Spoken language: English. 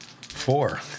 Four